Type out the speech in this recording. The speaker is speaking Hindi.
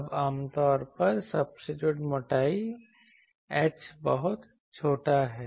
अब आमतौर पर सब्सट्रेट मोटाई h बहुत छोटा है